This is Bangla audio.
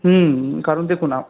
হুম কারণ দেখুন